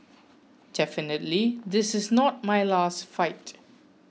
definitely this is not my last fight